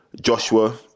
Joshua